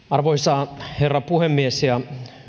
arvoisa herra puhemies ja